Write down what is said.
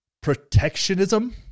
protectionism